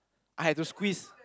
I had to squeeze